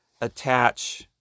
attach